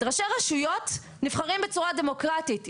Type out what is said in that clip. ראשי רשויות נבחרים בצורה דמוקרטית.